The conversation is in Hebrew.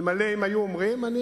אלמלא היו אומרים זאת,